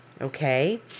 Okay